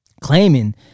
Claiming